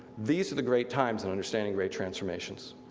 these are the great times in understanding great transformations.